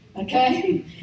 Okay